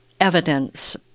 evidence